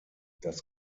das